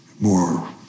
more